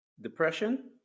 Depression